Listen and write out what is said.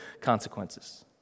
consequences